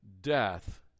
death